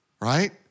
Right